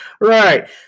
right